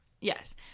Yes